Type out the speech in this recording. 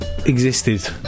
Existed